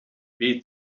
beat